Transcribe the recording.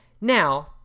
Now